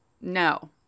No